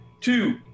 two